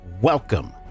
welcome